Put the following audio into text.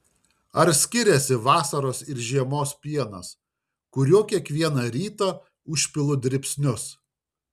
ar skiriasi vasaros ir žiemos pienas kuriuo kiekvieną rytą užpilu dribsnius